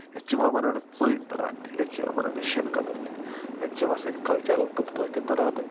ییٚتہِ چھِ یِوان مناونہٕ ژٲنٛگۍ براتھ تہِ ییٚتہِ چھِ یِوان مناونہٕ شیبہِ قدٕر تہِ ییٚتہِ چھِ یِوان سٲنۍ کَلچَرَل تِم دۄہ تہِ مناونہٕ